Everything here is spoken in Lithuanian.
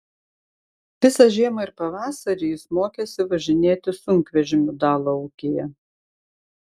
visą žiemą ir pavasarį jis mokėsi važinėti sunkvežimiu dalo ūkyje